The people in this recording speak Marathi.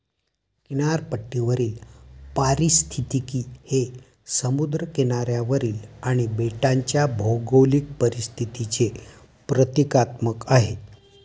किनारपट्टीवरील पारिस्थितिकी हे समुद्र किनाऱ्यावरील आणि बेटांच्या भौगोलिक परिस्थितीचे प्रतीकात्मक आहे